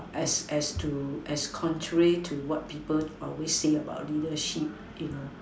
as as to as contrary to what people always say about leadership you know